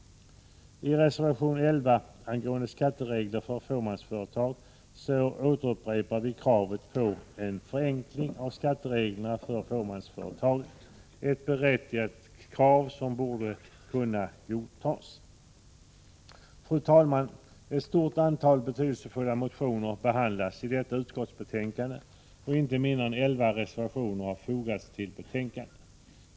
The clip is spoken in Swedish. I reservation 11 angående skatteregler för fåmansföretag så upprepar vi kravet på en förenkling av skattereglerna för fåmansföretag, ett berättigat krav som borde kunna godtas. Fru talman! Ett stort antal betydelsefulla motioner behandlas i detta utskottsbetänkande, och inte mindre än 11 reservationer har fogats till betänkandet.